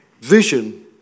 vision